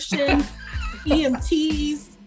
EMTs